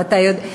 ואתה יודע,